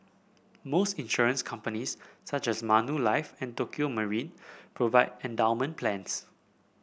most insurance companies such as Manulife and Tokio Marine provide endowment plans